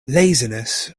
laziness